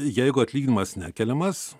jeigu atlyginimas nekeliamas